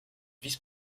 vice